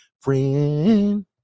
Friend